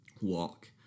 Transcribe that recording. walk